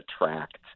attract